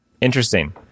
Interesting